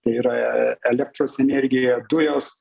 tai yra elektros energija dujos